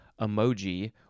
emoji